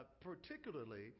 particularly